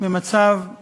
במצב